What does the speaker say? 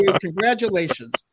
congratulations